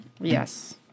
Yes